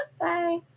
Bye